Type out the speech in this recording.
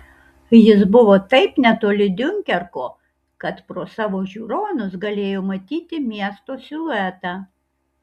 jis buvo taip netoli diunkerko kad pro savo žiūronus galėjo matyti miesto siluetą